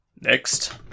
Next